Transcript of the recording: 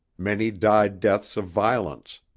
many died deaths of violence.